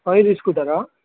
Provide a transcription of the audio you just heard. five తీసుకుంటారా